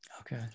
Okay